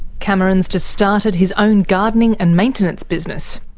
cameron's just started his own gardening and maintenance business.